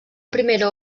primera